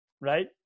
Right